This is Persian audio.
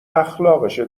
اخلاقشه